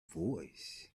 voice